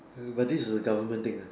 but this a government thing ah